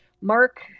Mark